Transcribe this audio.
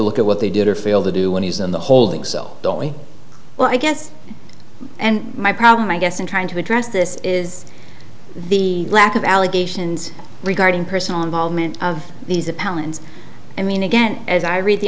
look at what they did or failed to do when he was in the holding cell don't mean well i guess and my problem i guess in trying to address this is the lack of allegations regarding personal involvement of these appellants i mean again as i read the